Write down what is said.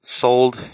Sold